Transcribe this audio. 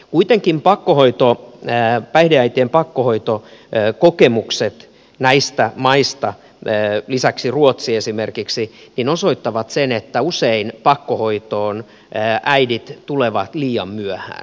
kuitenkin päihdeäitien pakkohoitokokemukset näistä maista ja lisäksi esimerkiksi ruotsista osoittavat sen että usein pakkohoitoon äidit tulevat liian myöhään